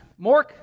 Mork